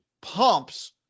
Pumps